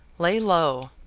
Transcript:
lay low,